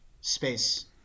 space